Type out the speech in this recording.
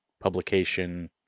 publication